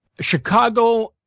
Chicago